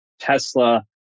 Tesla